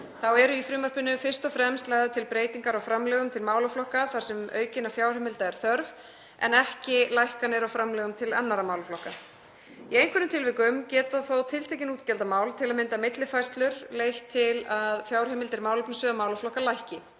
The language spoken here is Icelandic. Þá eru í frumvarpinu fyrst og fremst lagðar til breytingar á framlögum til málaflokka þar sem aukinna fjárheimilda er þörf en ekki lækkanir á framlögum til annarra málaflokka. Í einhverjum tilvikum geta þó tiltekin útgjaldamál, til að mynda millifærslur, leitt til að fjárheimildir málefnasviða og málaflokka lækki.